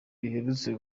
riherutse